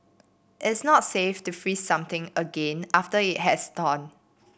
it's not safe to freeze something again after it has thawed